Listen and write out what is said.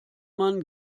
man